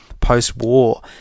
post-war